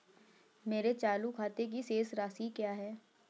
मेरे चालू खाते की शेष राशि क्या है?